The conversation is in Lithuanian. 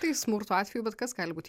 tai smurto atveju bet kas gali būti